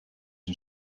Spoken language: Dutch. een